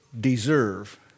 deserve